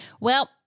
Well-